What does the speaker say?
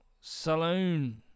Saloon